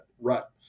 rut